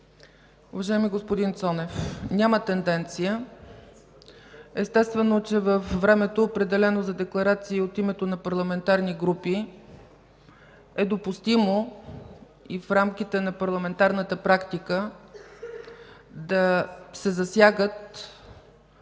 Уважаеми господин Цонев, няма тенденция. Естествено че във времето, определено за декларации от името на парламентарни групи, е допустимо, и в рамките на парламентарната практика, да се засягат